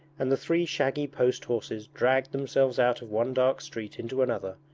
and the three shaggy post-horses dragged themselves out of one dark street into another,